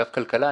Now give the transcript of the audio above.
בבקשה.